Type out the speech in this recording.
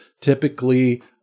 typically